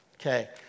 Okay